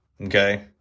okay